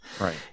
Right